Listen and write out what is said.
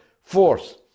force